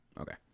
Okay